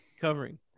covering